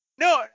no